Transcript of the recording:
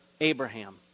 Abraham